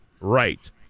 Right